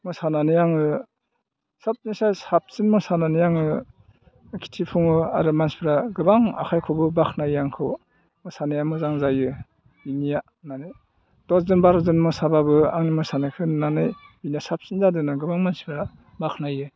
मोसानानै आङो सोबनिसाय साबसिन मोसानानै आङो दिन्थिफुङो आरो मानसिफ्रा गोबां आखाइ खबो बाख्नायो आंखौ मोसानाया मोजां जायो बिनिया होननानै दस जन बार' जन मोसाबाबो आंनि मोसानायखौ नुनानै बिनिया साबसिन जादों होननानै गोबां मानसिफ्रा बाखनायो